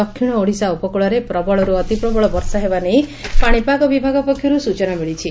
ଦକ୍ଷିଶ ଓଡିଶା ଉପକ୍କଳରେ ପ୍ରବଳର୍ ଅତିପ୍ରବଳ ବର୍ଷା ହେବା ନେଇ ପାଶିପାଗ ବିଭାଗ ପକ୍ଷରୁ ସ୍ଚନା ମିଳିଛି